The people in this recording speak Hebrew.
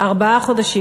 ארבעה חודשים.